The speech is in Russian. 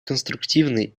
конструктивный